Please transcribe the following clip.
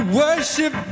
worship